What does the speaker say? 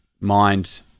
mind